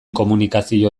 komunikazio